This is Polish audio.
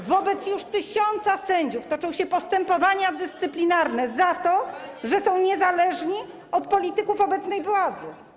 Już wobec tysiąca sędziów toczą się postępowania dyscyplinarne za to, że są niezależni od polityków obecnej władzy.